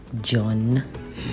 John